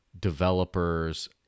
developers